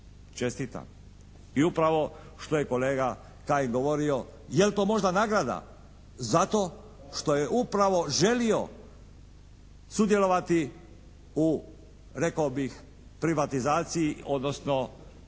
Čestitam! I upravo što je kolega Kajin govorio, jel' to možda nagrada za to što je upravo želio sudjelovati u rekao bih privatizaciji, odnosno na naš način